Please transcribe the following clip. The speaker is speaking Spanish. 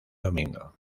domingo